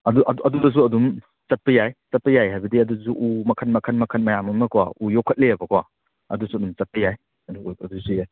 ꯑꯗꯨ ꯑꯗꯨ ꯑꯗꯨꯗꯁꯨ ꯑꯗꯨꯝ ꯆꯠꯄ ꯌꯥꯏ ꯆꯠꯄ ꯌꯥꯏ ꯍꯥꯏꯕꯗꯤ ꯑꯗꯨꯁꯨ ꯎ ꯃꯈꯜ ꯃꯈꯜ ꯃꯈꯜ ꯃꯌꯥꯝ ꯑꯃꯀꯣ ꯎ ꯌꯣꯛꯈꯠꯂꯤꯕꯀꯣ ꯑꯗꯨꯁꯨ ꯑꯗꯨꯝ ꯆꯠꯄ ꯌꯥꯏ ꯑꯗꯨꯒ ꯑꯗꯨꯁꯨ ꯌꯥꯏ